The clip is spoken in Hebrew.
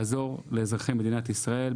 לעזור לאזרחי מדינת ישראל,